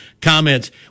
comments